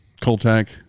Coltac